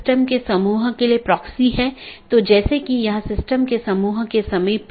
BGP के साथ ये चार प्रकार के पैकेट हैं